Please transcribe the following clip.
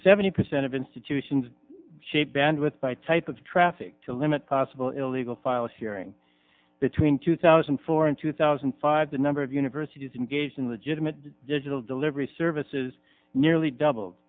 seventy percent of institutions shaped bandwidth by type of traffic to limit possible illegal file sharing between two thousand and four and two thousand and five the number of universities engaged in the gym and digital delivery services nearly doubled